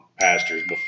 pastors